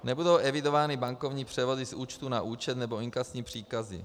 Nebudou evidovány bankovní převody z účtu na účet nebo inkasní příkazy.